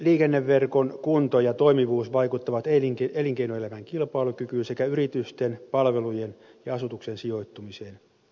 liikenneverkon kunto ja toimivuus vaikuttavat elinkeinoelämän kilpailukykyyn sekä yritysten palvelujen ja asutuksen sijoittumiseen